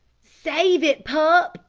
save it, pup,